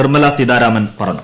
നിർമ്മല സീതാരാമൻ പറഞ്ഞു